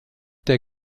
der